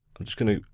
i'm just gonna